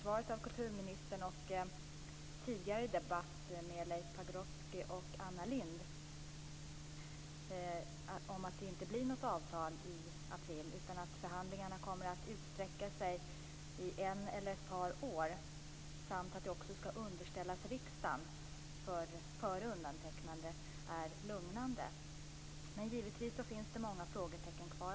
Svaret av kulturministern och tidigare besked från Leif Pagrotsky och Anna Lindh om att det inte blir något avtal i april utan att förhandlingarna kommer att utsträcka sig i ett eller ett par år samt att det också skall underställas riksdagen före undertecknande är lugnande. Men givetvis finns det många frågetecken kvar.